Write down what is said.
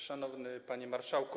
Szanowny Panie Marszałku!